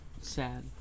Sad